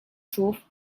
słów